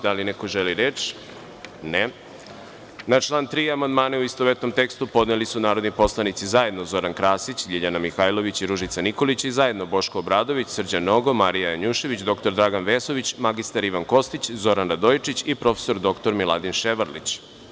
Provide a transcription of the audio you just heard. Da li neko želi reč? (Ne.) Na član 3. amandmane u istovetnom tekstu, podneli su narodni poslanici zajedno, Zoran Krasić, LJiljana Mihajlović i Ružica Nikolić i zajedno, Boško Obradović, Srđan Nogo, Marija Janjušević, dr Dragan Vesović, mr Ivan Kostić, Zoran Radojičić i prof. dr Miladin Ševarlić.